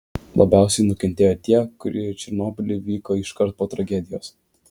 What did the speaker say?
labiausiai nukentėjo tie kurie į černobylį vyko iškart po tragedijos